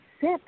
sit